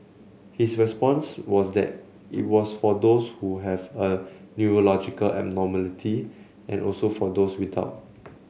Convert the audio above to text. his response was that it was for those who have a neurological abnormality and also for those without